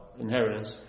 inheritance